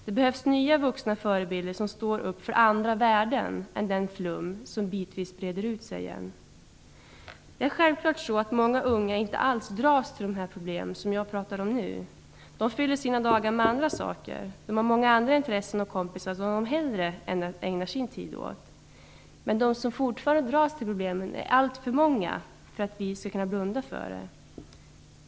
Det behövs nya vuxna förebilder som står upp för andra värden än den flum som bitvis breder ut sig igen. Det är självklart att många unga inte alls dras till de problem som jag pratar om nu. De fyller sina dagar med andra saker. De har många andra intressen och kompisar som de hellre ägnar sin tid åt. Men de som fortfarande dras till problemen är alltför många för att vi skall kunna blunda för det.